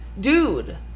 Dude